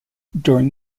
during